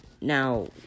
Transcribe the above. Now